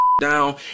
down